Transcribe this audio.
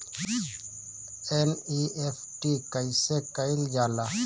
NEFT कइसे कइल जाला?